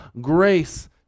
grace